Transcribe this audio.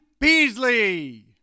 Beasley